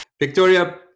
Victoria